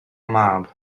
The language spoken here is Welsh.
mab